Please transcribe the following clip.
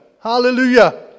Hallelujah